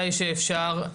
כל